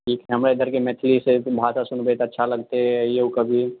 हमर घरके मैथिली भाषा सुनबै तऽ अच्छा लगतै अइऔ कभी